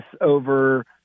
over